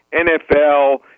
NFL